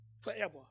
forever